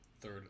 third